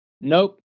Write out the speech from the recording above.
Nope